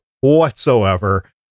whatsoever